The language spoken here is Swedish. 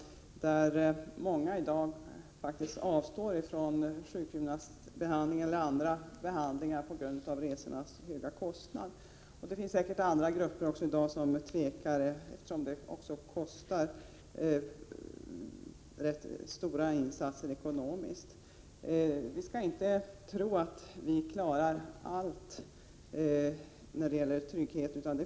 Många avstår faktiskt i dag från sjukgymnastbehandling eller andra behandlingar på grund av de dyra resorna. Det finns säkert också andra grupper som tvekar, eftersom det krävs rätt stora ekonomiska uppoffringar. Vi skall inte tro att vi klarar allt när det gäller trygghet.